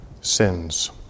sins